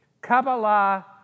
Kabbalah